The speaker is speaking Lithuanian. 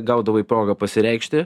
gaudavai progą pasireikšti